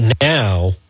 now